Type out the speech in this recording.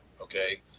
Okay